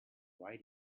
why